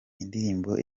indirimbo